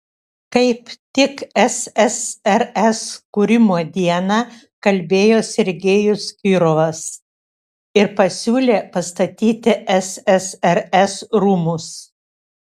kaip tik ssrs kūrimo dieną kalbėjo sergejus kirovas ir pasiūlė pastatyti ssrs rūmus